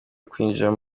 kwinjira